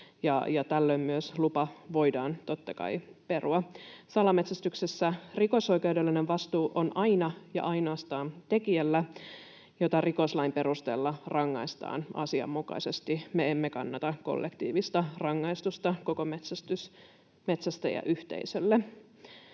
tällöin lupa voidaan totta kai myös perua. Salametsästyksessä rikosoikeudellinen vastuu on aina ja ainoastaan tekijällä, jota rikoslain perusteella rangaistaan asianmukaisesti. Me emme kannata kollektiivista rangaistusta koko metsästäjäyhteisölle.